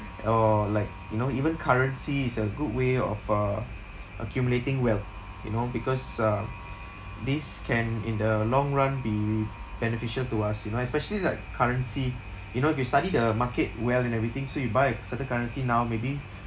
or like you know even currency is a good way of uh accumulating wealth you know because uh this can in the long run be beneficial to us you know especially like currency you know if you study the market well and everything so you buy a certain currency now maybe